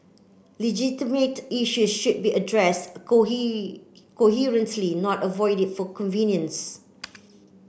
legitimate issue should be addressed coherently not avoided for convenience